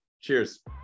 Cheers